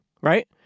right